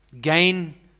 gain